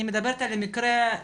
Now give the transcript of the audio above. אני מדברת על המקרה ורוניקה.